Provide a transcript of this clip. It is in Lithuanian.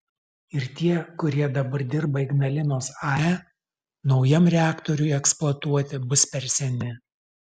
ir tie kurie dabar dirba ignalinos ae naujam reaktoriui eksploatuoti bus per seni